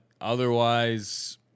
otherwise